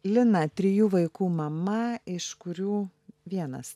lina trijų vaikų mama iš kurių vienas